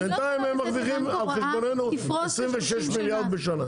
בינתיים הם מרוויחים על חשבוננו 26 מיליארד בשנה.